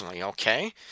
okay